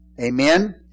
amen